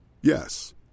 Yes